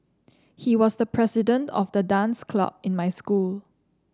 he was the president of the dance club in my school